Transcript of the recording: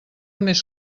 més